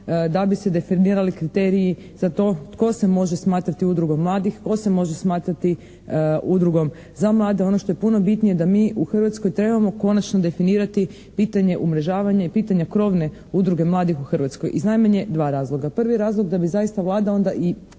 da bi se definirali kriteriji za to tko se može smatrati udrugom mladih, tko se može smatrati udrugom za mlade, ono što je puno bitnije da mi u Hrvatskoj trebamo konačno definirati pitanje umrežavanja i pitanje krovne udruge mladih u Hrvatskoj iz najmanje dva razloga. Prvi razlog da bi zaista Vlada onda i